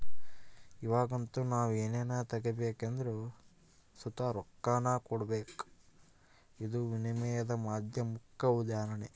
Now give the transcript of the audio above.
ಇವಾಗಂತೂ ನಾವು ಏನನ ತಗಬೇಕೆಂದರು ಸುತ ರೊಕ್ಕಾನ ಕೊಡಬಕು, ಇದು ವಿನಿಮಯದ ಮಾಧ್ಯಮುಕ್ಕ ಉದಾಹರಣೆ